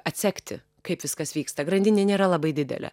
atsekti kaip viskas vyksta grandinė nėra labai didelė